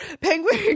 Penguin